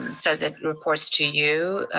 and says it reports to you.